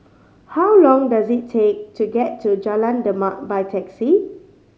how long does it take to get to Jalan Demak by taxi